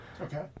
Okay